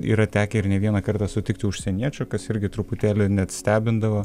yra tekę ir ne vieną kartą sutikti užsieniečių kas irgi truputėlį net stebindavo